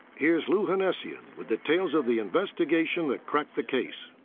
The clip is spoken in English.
here's lu hennesian with the tales of the investigation that cracked the case.